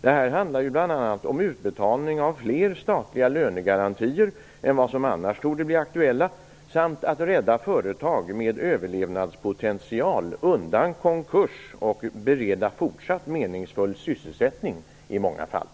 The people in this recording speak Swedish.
Det här handlar ju bl.a. om utbetalning av fler statliga lönegarantier än vad som annars torde bli aktuella samt om att rädda företag med överlevnadspotential undan konkurs och bereda fortsatt meningsfull sysselsättning i många fall.